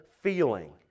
feeling